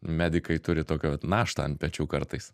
medikai turi tokią vat naštą ant pečių kartais